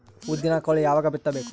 ಉದ್ದಿನಕಾಳು ಯಾವಾಗ ಬಿತ್ತು ಬೇಕು?